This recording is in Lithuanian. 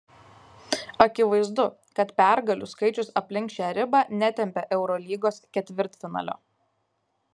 akivaizdu kad pergalių skaičius aplink šią ribą netempia eurolygos ketvirtfinalio